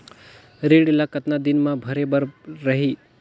ऋण ला कतना दिन मा भरे बर रही?